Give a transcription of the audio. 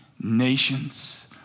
nations